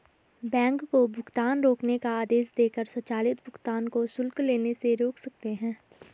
bank को भुगतान रोकने का आदेश देकर स्वचालित भुगतान को शुल्क लेने से रोक सकते हैं